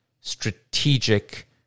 strategic